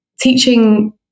teaching